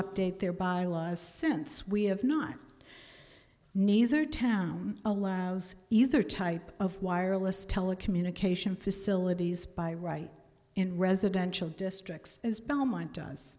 their by laws since we have not neither town allows either type of wireless telecommunication facilities by right in residential districts as belmont does